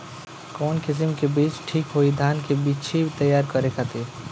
कवन किस्म के बीज ठीक होई धान के बिछी तैयार करे खातिर?